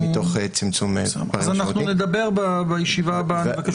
אנחנו נדבר בישיבה הבאה.